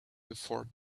before